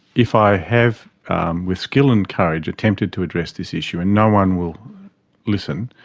if i have with skill and courage attempted to address this issue and no one will listen,